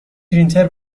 پرینتر